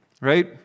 Right